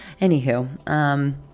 Anywho